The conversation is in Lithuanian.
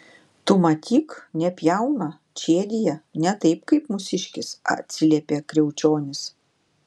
tu matyk nepjauna čėdija ne taip kaip mūsiškis atsiliepė kriaučionis